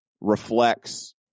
reflects